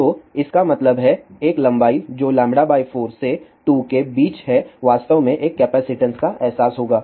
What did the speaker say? तो इसका मतलब है एक लंबाई जो λ 4 से 2 के बीच है वास्तव में एक कैपेसिटेंस का एहसास होगा